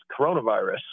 coronavirus